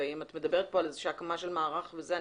ואם את מדברת פה על איזשהו הקמה של מערך וזה,